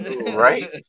Right